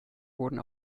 wurden